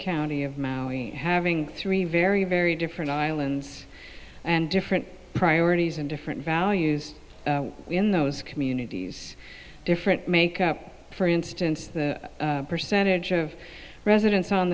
county of maui having three very very different islands and different priorities and different values in those communities different make up for instance the percentage of residents on